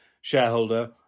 shareholder